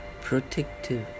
protective